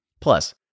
Plus